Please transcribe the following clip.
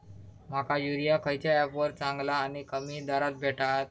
माका युरिया खयच्या ऍपवर चांगला आणि कमी दरात भेटात?